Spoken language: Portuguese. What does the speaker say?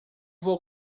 vou